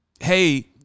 Hey